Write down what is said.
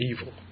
evil